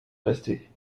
rester